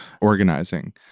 organizing